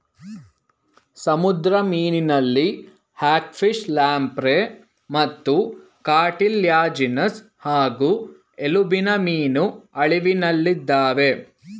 ಸಮುದ್ರ ಮೀನಲ್ಲಿ ಹ್ಯಾಗ್ಫಿಶ್ಲ್ಯಾಂಪ್ರೇಮತ್ತುಕಾರ್ಟಿಲ್ಯಾಜಿನಸ್ ಹಾಗೂ ಎಲುಬಿನಮೀನು ಅಳಿವಿನಲ್ಲಿದಾವೆ